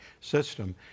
system